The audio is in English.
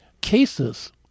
cases –